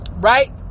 right